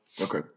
Okay